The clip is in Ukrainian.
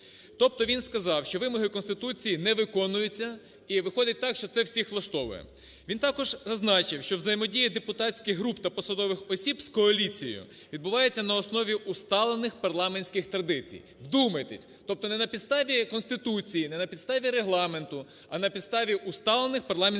Тобто він сказав, що вимоги Конституції не виконуються, і виходить так, що це всіх влаштовує. Він також зазначив, що взаємодія депутатських груп та посадових осіб з коаліцією відбувається на основі усталених парламентських традицій. Вдумайтесь, тобто не на підставі Конституції, не на підставі Регламенту, а на підставі усталених парламентських традицій.